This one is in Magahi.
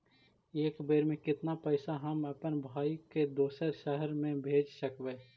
एक बेर मे कतना पैसा हम अपन भाइ के दोसर शहर मे भेज सकबै?